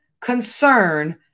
concern